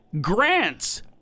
Grant's